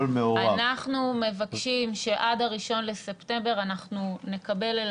אנחנו מבקשים שעד ה-1 בספטמבר אנחנו נקבל אל